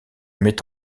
met